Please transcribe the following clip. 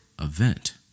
event